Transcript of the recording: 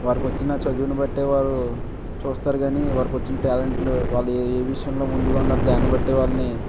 వారికి వచ్చిన చదివిన బట్టే వారు చూస్తారు కానీ వారికి వచ్చిన ట్యాలెంట్ వాళ్ళు ఏ విషయంలో ముందుగా ఉన్నారో దాన్నిబట్టే వాళ్ళని